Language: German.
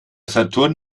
saturn